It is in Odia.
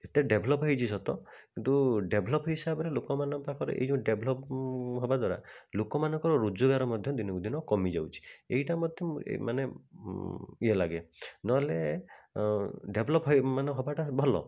ଏତେ ଡେଭ୍ଲପ୍ ହୋଇଛି ସତ କିନ୍ତୁ ଡେଭ୍ଲପ୍ ହିସାବରେ ଲୋକମାନଙ୍କ ପାଖରେ ଏହି ଯେଉଁ ଡେଭ୍ଲପ୍ ହେବା ଦ୍ୱାରା ଲୋକମାନଙ୍କର ରୋଜଗାର ମଧ୍ୟ ଦିନକୁ ଦିନ କମିଯାଉଛି ଏଇଟା ମଧ୍ୟ ମାନେ ଇଏ ଲାଗେ ନହେଲେ ଡେଭ୍ଲପ୍ ହୋଇ ମାନେ ହେବାଟା ଭଲ